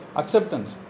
acceptance